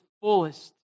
fullest